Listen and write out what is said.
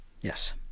Yes